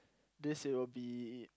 this it will be